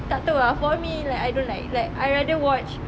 tak tahu ah for me like I don't like like I rather watch